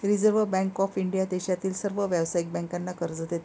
reserve bank of India देशातील सर्व व्यावसायिक बँकांना कर्ज देते